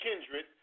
kindred